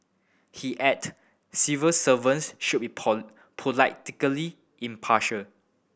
he add civil servants should be pone politically impartial